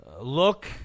look